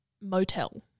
motel